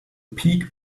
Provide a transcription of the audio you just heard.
peak